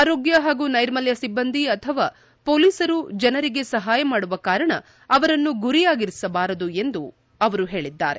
ಆರೋಗ್ಡ ಮತ್ತು ನೈರ್ಮಲ್ಯ ಸಿಬ್ದಂದಿ ಅಥವಾ ಪೊಲೀಸರು ಜನರಿಗೆ ಸಹಾಯ ಮಾಡುವ ಕಾರಣ ಅವರನ್ನು ಗುರಿಯಾಗಿಸಬಾರದು ಎಂದೂ ಅವರು ಹೇಳಿದ್ದಾರೆ